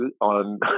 on